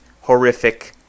horrific